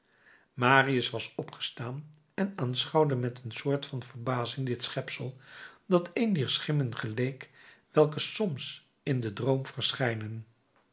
marius was opgestaan en aanschouwde met een soort van verbazing dit schepsel dat een dier schimmen geleek welke soms in den droom verschijnen